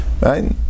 right